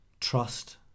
trust